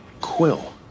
Quill